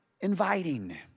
inviting